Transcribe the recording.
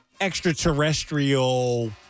Extraterrestrial